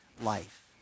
life